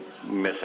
missing